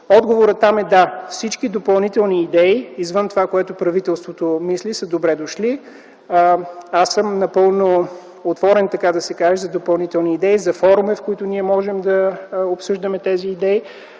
Отговорът там е: да, всички допълнителни идеи извън това, което правителството мисли, са добре дошли. Аз съм напълно отворен, така да се каже, за допълнителни идеи, за форуми, на които ние можем да обсъждаме тези идеи